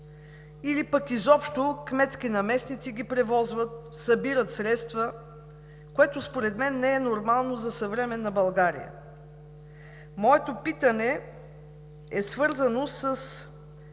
или пък изобщо кметски наместници ги превозват, събират средства. Това според мен не е нормално за съвременна България. Явно правителството,